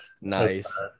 Nice